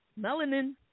Melanin